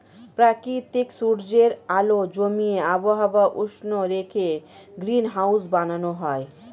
প্রাকৃতিক সূর্যের আলো জমিয়ে আবহাওয়া উষ্ণ রেখে গ্রিনহাউস বানানো হয়